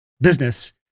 business